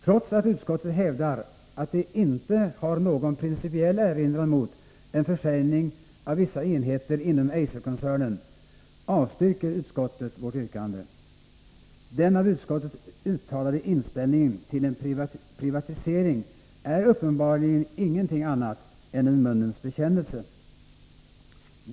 Trots att utskottet hävdar att det inte har någon principiell erinran mot en försäljning av vissa enheter inom Eiserkoncernen, avstyrker utskottet vårt yrkande. Den av utskottet uttalade inställningen till en privatisering är uppenbarligen ingenting annat än en munnens bekännelse.